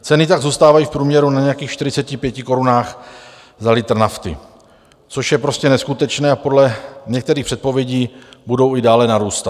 Ceny tak zůstávají v průměru na nějakých 45 korunách za litr nafty, což je prostě neskutečné, a podle některých předpovědí budou i dále narůstat.